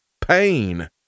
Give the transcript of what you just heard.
pain